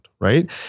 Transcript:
right